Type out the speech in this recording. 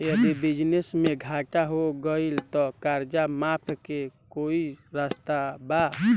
यदि बिजनेस मे घाटा हो गएल त कर्जा माफी के कोई रास्ता बा?